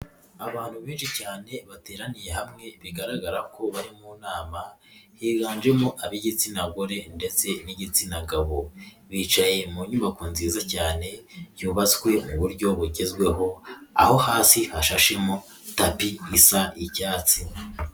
Abantu benshi cyane bateraniye hamwe bigaragara ko bari mu nama higanjemo ab'igitsina gore ndetse n'igitsina gabo, bicaye mu nyubako nziza cyane yubatswe mu buryo bugezweho aho hasi hashashemo tapi isa y'icyatsi.